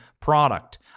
product